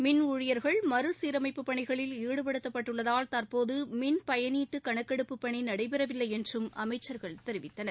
மின் ஊழியர்கள் மறு சீரமைப்புப்பணிகளில் ஈடுபடுத்தப்பட்டுள்ளதால் தற்போது மின் பயனீட்டு கணக்கெடுப்புப்பணி நடைபெறவில்லை என்றும் அமைச்சர்கள் தெரிவித்தனர்